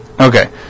Okay